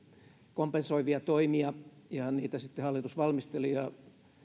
kompensoivia toimia ja niitä sitten hallitus valmisteli ja